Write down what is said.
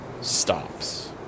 stops